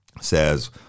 says